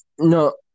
no